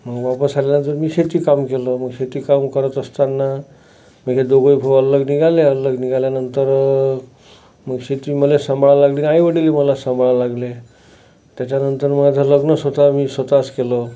मग वापस आल्यानंतर मी शेतीकाम केलं मग शेतीकाम करत असताना मग हे दोघं भाऊ अलग निघाले अलग निघाल्यानंतर मग शेती मला सांभाळायला लागली आईवडीलही मला सांभाळायला लागले त्याच्यानंतर माझं लग्न स्वतः मी स्वतःच केलं